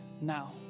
now